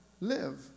live